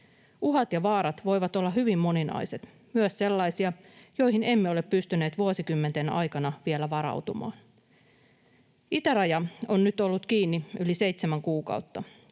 Uhat ja vaarat voivat olla hyvin moninaiset, myös sellaisia, joihin emme ole pystyneet vuosikymmenten aikana vielä varautumaan. Itäraja on nyt ollut kiinni yli seitsemän kuukautta.